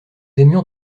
aimions